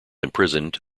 imprisoned